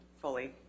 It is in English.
fully